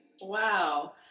wow